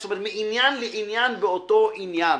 כלומר מעניין לעניין באותו עניין.